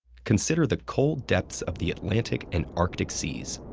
consider the cold depths of the atlantic and arctic seas,